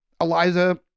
Eliza